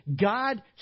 God